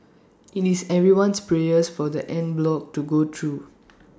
IT is everyone's prayers for the en bloc to go through